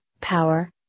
power